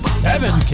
seven